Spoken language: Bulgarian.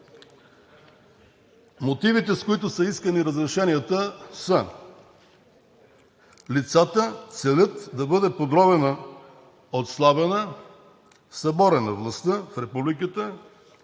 Мотивите, с които са искани разрешенията, са: лицата целят да бъде подронена, отслабена, съборена властта в републиката